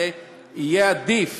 עדיף